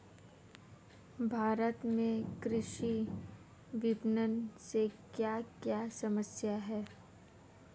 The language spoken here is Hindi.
भारत में कृषि विपणन से क्या क्या समस्या हैं?